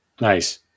Nice